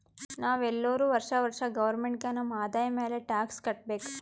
ನಾವ್ ಎಲ್ಲೋರು ವರ್ಷಾ ವರ್ಷಾ ಗೌರ್ಮೆಂಟ್ಗ ನಮ್ ಆದಾಯ ಮ್ಯಾಲ ಟ್ಯಾಕ್ಸ್ ಕಟ್ಟಬೇಕ್